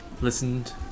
listened